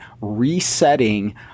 resetting